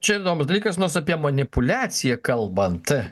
čia įdomus dalykas nors apie manipuliaciją kalbant